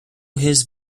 his